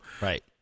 right